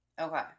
okay